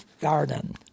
garden